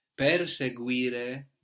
Perseguire